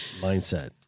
mindset